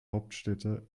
hauptstädte